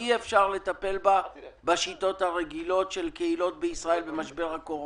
אי אפשר לטפל בה בשיטות הרגילות של קהילות בישראל במשבר הקורונה.